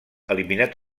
eliminat